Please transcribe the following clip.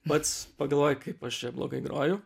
pats pagalvoji kaip aš čia blogai groju